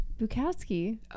Bukowski